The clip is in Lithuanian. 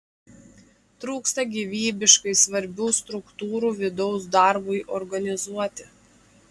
trūksta gyvybiškai svarbių struktūrų vidaus darbui organizuoti